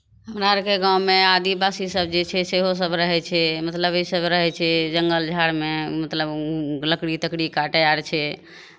हमरा आरके गाँवमे आदिवासीसभ जे छै सेहो सभ रहै छै मतलब इसभ रहै छै जङ्गल झाड़मे मतलब लकड़ी तकड़ी काटै आर छै